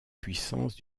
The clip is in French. puissance